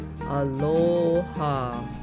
aloha